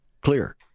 clear